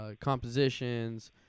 compositions